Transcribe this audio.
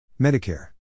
Medicare